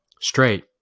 straight